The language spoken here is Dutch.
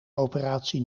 operatie